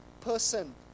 person